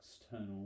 external